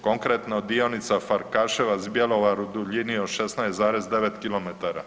Konkretno dionica Farkaševac – Bjelovar u duljini od 16,9 km.